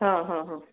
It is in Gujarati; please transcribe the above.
હં હં હં